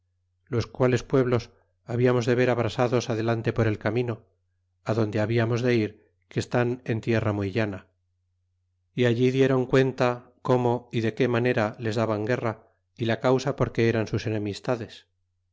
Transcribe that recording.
los quales pueblos habíamos de ver abrasados adelante por el camino adonde habiamos de ir que estan en tierra muy llana y allí dieron cuenta como y de que manera les daban guerra y la causa porque eran sus enemistades